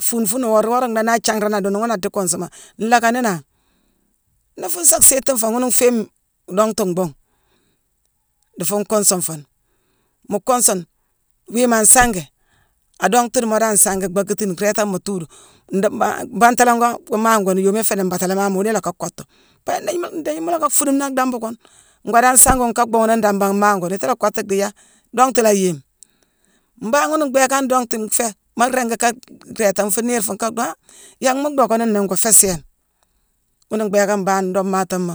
Fuune- fuune woré- wora ndhééne naa ajanghrani aa duunu, ghuuna adii kuunsuma: nlaack kaa néénangh. Nii fuune sa siitingh foo, ghune nfééme dongtu mbhuugh dii fuune kuunsune fuune. Mu kuunsune, wiimo an sangi, adonghtu dii moodo an sangi, backatine, réétamo tuudu. Ndii-mbangh-bantalangong-wuumangune, yoomi ifééni nbaatalamaama wuuni ilacka kottu. Pabia ndééjii-ndééji mu lacka fuunume nii ak bambu kune, ngoo dii an sangi ghune ka bhuughune nadambamaane gune, itiila kottu dhii yicki yaakh dongtu la ayééme. Mbangh ghuna mbhééké han dongtu nféé, maa ringi ka réétane fuune niir fuune ka dhoo han yangh mu dhockani nnéé ngoo féé sééne. Ghuuna mbhééké mbangh doodemaatooma